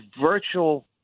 virtual